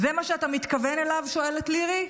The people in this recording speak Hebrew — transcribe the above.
"זה מה שאתה מתכוון אליו?" שואלת לירי.